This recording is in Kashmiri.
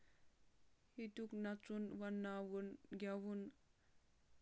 ییٚتیُک نَژُن وَنناوُن گؠوُن